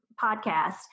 podcast